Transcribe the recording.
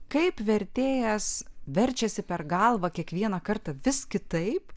kaip vertėjas verčiasi per galvą kiekvieną kartą vis kitaip